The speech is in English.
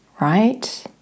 right